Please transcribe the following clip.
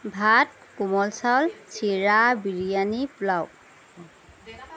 ভাত কোমল চাউল চিৰা বিৰিয়ানী পোলাও